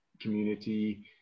community